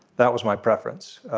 that was my preference.